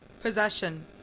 Possession